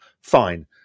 fine